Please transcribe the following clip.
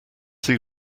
see